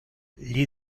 gli